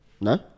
No